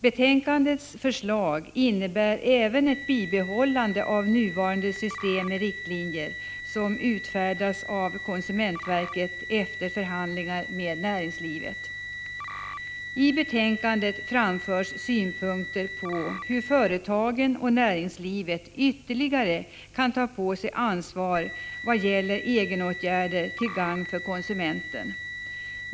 Förslagen i betänkandet innebär även ett bibehållande av nuvarande system med riktlinjer som utfärdas av konsumentverket efter förhandlingar med näringslivet. I betänkandet framförs synpunkter innebärande att företagen och näringslivet kan ta på sig ytterligare ansvar i form av egenåtgärder till gagn för konsumenten.